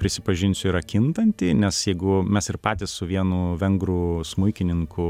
prisipažinsiu yra kintanti nes jeigu mes ir patys su vienu vengrų smuikininku